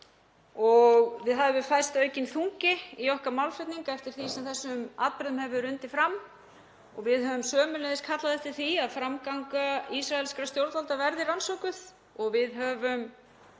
Það hefur færst aukinn þungi í okkar málflutning eftir því sem þessum atburðum hefur undið fram. Við höfum sömuleiðis kallað eftir því að framganga ísraelskra stjórnvalda verði rannsökuð og við höfum